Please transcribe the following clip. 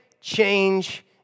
change